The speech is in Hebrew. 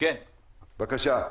בבקשה.